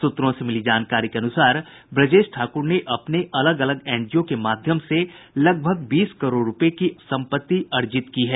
सूत्रों से मिली जानकारी के अनुसार ब्रजेश ठाकुर ने अपने अलग अलग एनजीओ के माध्यम से लगभग बीस करोड़ रूपये की संपत्ति अर्जित की है